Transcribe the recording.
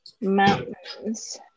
mountains